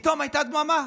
פתאום הייתה דממה.